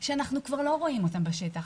כשאנחנו כבר לא רואים אותם בשטח,